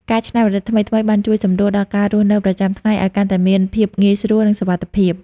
ការច្នៃប្រឌិតថ្មីៗបានជួយសម្រួលដល់ការរស់នៅប្រចាំថ្ងៃឱ្យកាន់តែមានភាពងាយស្រួល និងសុវត្ថិភាព។